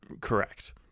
correct